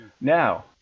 Now